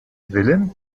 willen